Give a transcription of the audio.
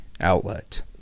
outlet